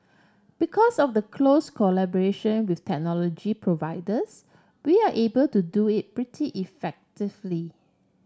because of the close collaboration with technology providers we are able to do it pretty effectively